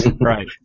Right